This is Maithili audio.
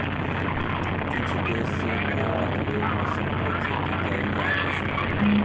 किछ देस में भोजनक लेल मशरुम के खेती कयल जाइत अछि